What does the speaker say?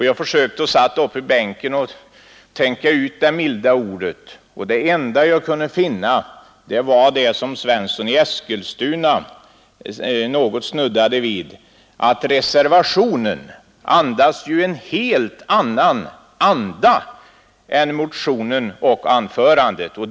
Jag försökte, när jag satt uppe i bänken, att tänka ut det milda ordet, och det enda jag kunde finna var det som herr Svensson i Eskilstuna något snuddade vid när han sade att reservationen andas en helt annan inställning än motionen och herr Svenssons i Malmö anförande.